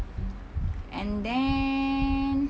and then